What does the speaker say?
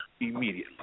immediately